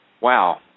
Wow